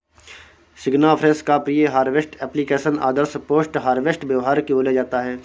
सिग्नाफ्रेश का pre harvest application आदर्श post harvest व्यवहार की ओर ले जाता है